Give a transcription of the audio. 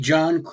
John